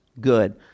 good